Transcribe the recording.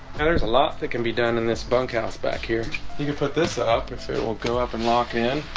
and there's a lot that can be done in this bunkhouse back here you can put this ah up. it's a will go up and lock in